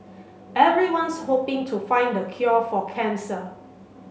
everyone's hoping to find the cure for cancer